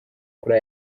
kuri